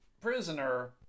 prisoner